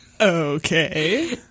Okay